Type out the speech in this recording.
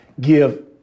give